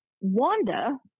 Wanda